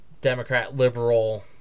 Democrat-liberal